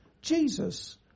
Jesus